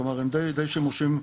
הם די שימושים חיוביים.